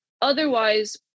Otherwise